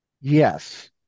Yes